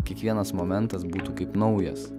kiekvienas momentas būtų kaip naujas